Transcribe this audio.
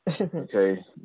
okay